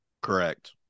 Correct